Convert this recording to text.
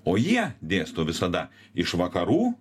o jie dėsto visada iš vakarų